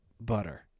Butter